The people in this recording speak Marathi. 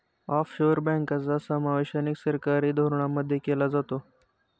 ऑफशोअर बँकांचा समावेश अनेक सरकारी धोरणांमध्ये केला जातो